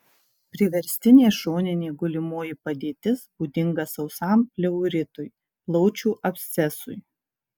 priverstinė šoninė gulimoji padėtis būdinga sausam pleuritui plaučių abscesui